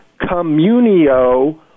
communio